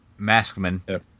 Maskman